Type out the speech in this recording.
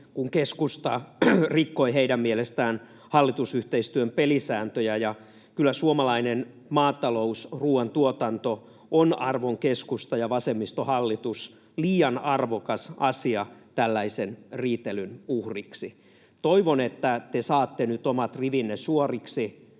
kun keskusta rikkoi heidän mielestään hallitusyhteistyön pelisääntöjä. Kyllä suomalainen maatalous, ruoantuotanto on, arvon keskusta- ja vasemmistohallitus, liian arvokas asia tällaisen riitelyn uhriksi. Toivon, että te saatte nyt omat rivinne suoriksi